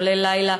כולל לילה,